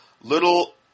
little